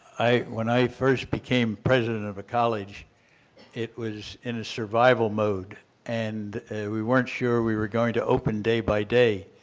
i, when i first became president of a college it was in a survival mode and we weren't sure we were going to open day by day.